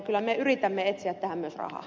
kyllä me yritämme etsiä tähän myös rahaa